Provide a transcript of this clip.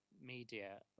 media